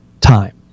Time